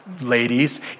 Ladies